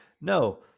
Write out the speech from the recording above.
No